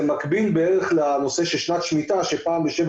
זה בערך מקבילל נושא של שנת שמיטה שפעם בשבע